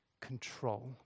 control